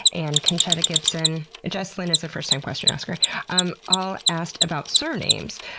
and concetta gibson jess lin is a first-time question-asker um all ask about surnames.